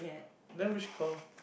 then which column